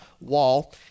wall